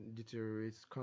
deteriorates